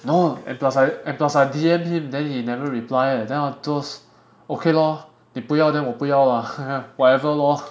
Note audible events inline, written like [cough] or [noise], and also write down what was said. no and plus I and plus I D_M him then he never reply eh then I okay lor 你不要 then 我不要 lah [laughs] whatever lor